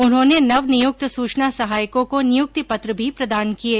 उन्होंने नवनियुक्त सूचना सहायकों को नियुक्ति पत्र भी प्रदान किये